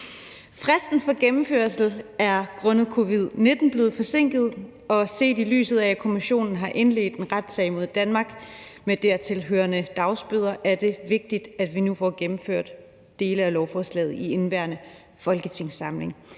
Fristen for gennemførelse er grundet covid-19 blevet forsinket, og set i lyset af at Kommissionen har indledt en retssag mod Danmark med dertilhørende dagsbøder, er det vigtigt, at vi nu får gennemført dele af lovforslaget i indeværende folketingssamling,